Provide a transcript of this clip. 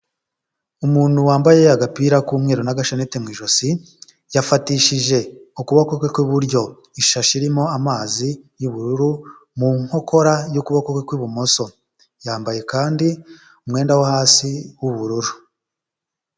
Umuntu wambaye agapira k'umweru n'agashneti mu ijosi yafatishije ukuboko kwe kw'iburyo ishashi irimo amazi y'ubururu mu nkokora y'ukuboko kw'ibumoso yambaye kandi umwenda wo hasi w'ubururu.